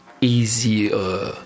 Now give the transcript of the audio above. easier